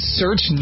search